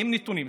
את הנתונים.